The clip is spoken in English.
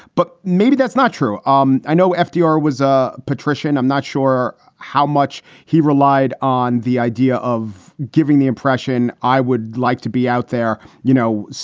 but maybe that's not true. um i know fdr was a patrician. i'm not sure how much he relied on the idea of giving the impression. i would like to be out there, you know,